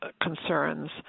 concerns